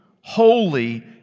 Holy